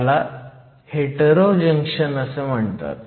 त्याला hetero junction म्हणतात